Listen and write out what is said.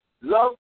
love